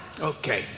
Okay